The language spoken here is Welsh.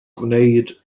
gwneud